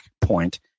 point